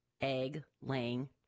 egg-laying